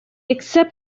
accept